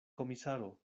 komisaro